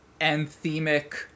anthemic